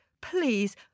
Please